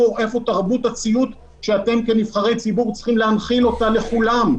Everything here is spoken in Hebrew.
איפה תרבות הציות שאתם כנבחרי ציבור צריכים להנחיל אותה לכולם,